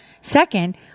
Second